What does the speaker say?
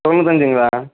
தொண்ணூத்தஞ்சுங்களா